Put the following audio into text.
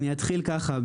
אני אתחיל ככה,